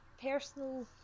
personal